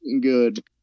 good